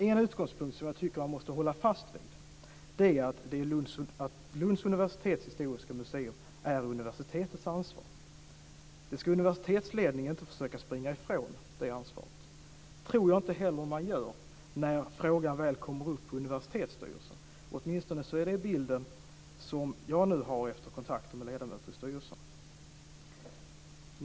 En utgångspunkt som jag tycker att man måste hålla fast vid är att Lunds universitets historiska museum är universitetets ansvar. Det ska universitetsledningen inte försöka springa ifrån. Det tror jag inte heller att man gör när frågan kommer upp i universitetsstyrelsen. Det är åtminstone den bild som jag har fått efter kontakter med ledamöter i styrelsen.